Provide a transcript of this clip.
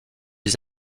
les